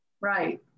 Right